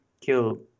kill